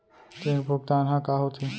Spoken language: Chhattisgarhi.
ऋण भुगतान ह का होथे?